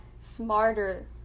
smarter